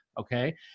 okay